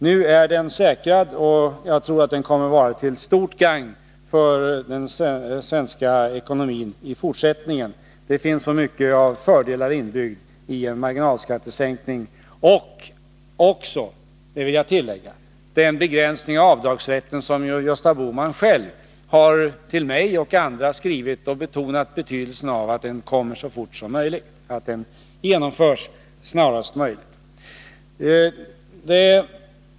Nu är den säkrad, och jag tror att den kommer att vara till stort gagn för den svenska ekonomin i fortsättningen. Det finns så mycket av fördelar inbyggt i en marginalskattesänkning. Det gäller också — det vill jag tillägga — den begränsning i avdragsrätten beträffande vilken Gösta Bohman själv till mig och andra skrivit och betonat betydelsen av att den genomförs snarast möjligt.